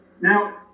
Now